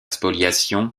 spoliation